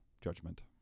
judgment